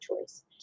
choice